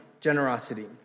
Generosity